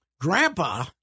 Grandpa